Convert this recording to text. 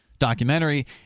documentary